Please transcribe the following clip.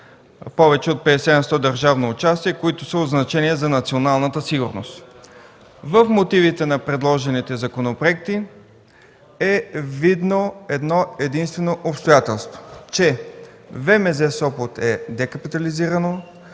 повече от 50 на сто държавно участие, които са от значение за националната сигурност. В мотивите на предложените законопроекти е видно едно-единствено обстоятелство: че ВМЗ – Сопот, е декапитализирано,